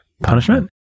punishment